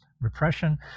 repression